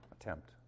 attempt